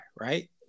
right